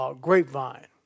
Grapevine